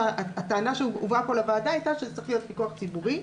הטענה שהובאה לוועדה הייתה שזה צריך להיות פיקוח ציבורי.